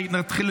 שמחה,